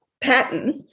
pattern